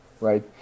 right